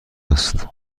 است